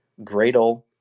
Gradle